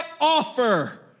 offer